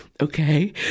okay